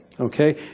okay